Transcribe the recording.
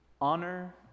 Honor